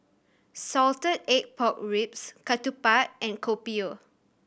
salted egg pork ribs ketupat and Kopi O